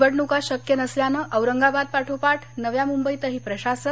निवडणुका शक्य नसल्यानं औरंगाबाद पाठोपाठ नव्या मुंबईतही प्रशासक